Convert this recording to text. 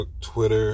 Twitter